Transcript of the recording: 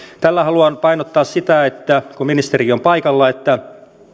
tällä haluan painottaa sitä kun ministerikin on paikalla että